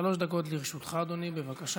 שלוש דקות לרשותך, אדוני, בבקשה.